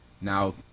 Now